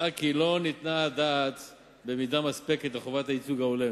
מצאה כי לא ניתנה הדעת במידה מספקת על חובת הייצוג ההולם